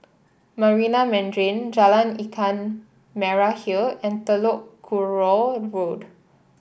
Marina Mandarin Jalan Ikan Merah Hill and Telok Kurau Road